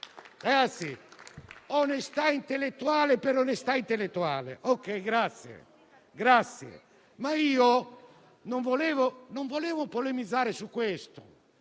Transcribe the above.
Ragazzi, onestà intellettuale per onestà intellettuale. Non volevo polemizzare su questo;